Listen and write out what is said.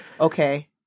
Okay